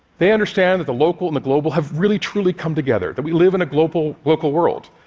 they understand that the local and the global have really, truly come together, that we live in a global, local world,